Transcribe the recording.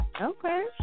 Okay